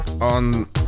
on